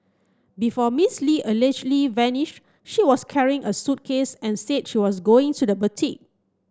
before Miss Li allegedly vanished she was carrying a suitcase and say she was going to the boutique